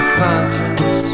conscience